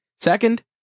Second